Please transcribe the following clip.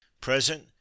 Present